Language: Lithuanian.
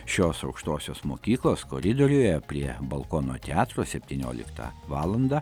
šios aukštosios mokyklos koridoriuje prie balkono teatro septynioliktą valandą